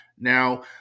Now